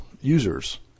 users